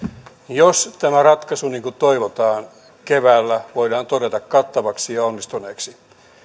jos tämä ratkaisu niin kuin toivotaan keväällä voidaan todeta kattavaksi ja onnistuneeksi